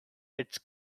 its